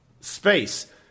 space